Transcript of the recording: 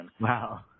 Wow